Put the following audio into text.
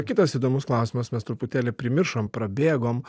kitas įdomus klausimas mes truputėlį primiršom prabėgom